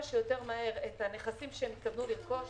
שיותר מהר את הנכסים שהם התכוונו לרכוש,